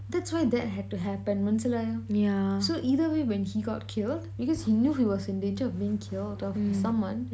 that's why that had to happen மனசுலயோ:manasulayo so either way when he got killed because he knew he was in danger of being killed or someone